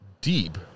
deep